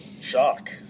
Shock